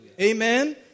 Amen